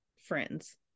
friends